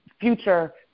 future